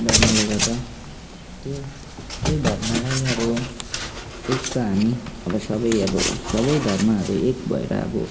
धर्मले गर्दा त्यो त्यही धर्मलाई अब एक त हामी अब सबै अब सबै धर्महरू एक भएर अब